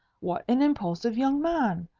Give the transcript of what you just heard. what an impulsive young man!